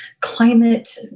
climate